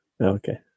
Okay